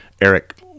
Eric